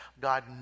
God